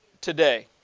today